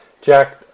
Jack